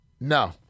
No